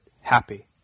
happy